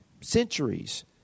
centuries